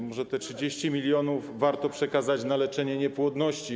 Może te 30 mln warto przekazać na leczenie niepłodności.